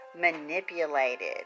manipulated